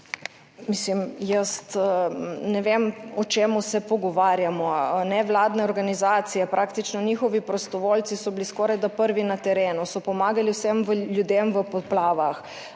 Mislim, jaz ne vem o čem se pogovarjamo. Nevladne organizacije, praktično njihovi prostovoljci so bili skorajda prvi na terenu, so pomagali vsem ljudem v poplavah.